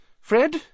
Fred